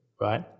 right